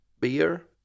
beer